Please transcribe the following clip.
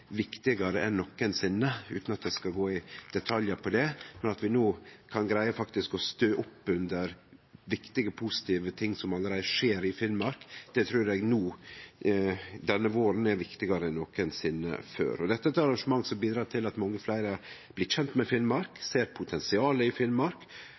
viktigare enn nokon sinne. Utan at eg skal gå i detaljar på det, trur eg det at vi no kan greie faktisk å stø opp under viktige, positive ting som allereie skjer i Finnmark, denne våren er viktigare enn nokon sinne før. Dette er eit arrangement som bidreg til at mange fleire blir kjent med